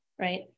right